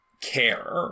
care